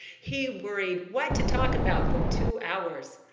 he worried what to talk about for two hours.